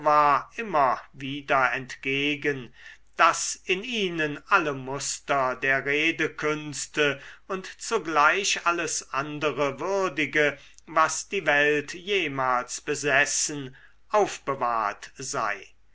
immer wieder entgegen daß in ihnen alle muster der redekünste und zugleich alles andere würdige was die welt jemals besessen aufbewahrt sei